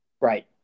Right